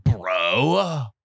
bro